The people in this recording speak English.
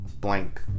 blank